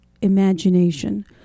imagination